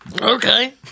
okay